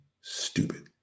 stupid